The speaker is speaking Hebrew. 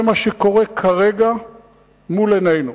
זה מה שקורה כרגע מול עינינו.